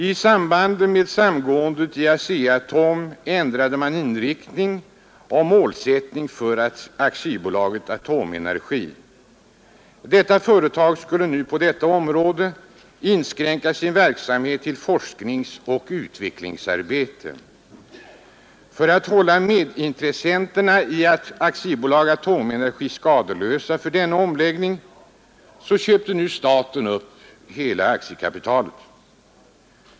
I samband med samgåendet i ASEA-Atom ändrade man inriktning och målsättning för AB Atomenergi. Detta företag skulle nu inskränka sin verksamhet till forskningsoch utvecklingsarbete. För att hålla medintressenterna i AB Atomenergi skadeslösa för denna omläggning köpte nu staten upp resten av aktiekapitalet.